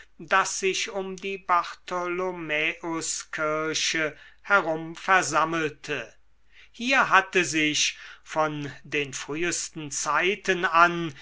das sich um die bartholomäuskirche herum versammelte hier hatte sich von den frühsten zeiten an